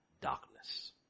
darkness